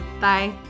Bye